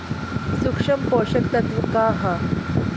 सूक्ष्म पोषक तत्व का ह?